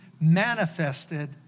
manifested